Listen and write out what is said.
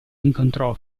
incontrò